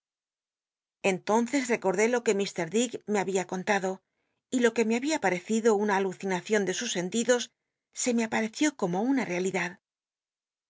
tonces recordé lo que i r dick me babia contado y lo que me había parecido una alucinacion de sus sentidos se me apateció como una realidad